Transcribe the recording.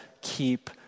keep